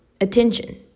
attention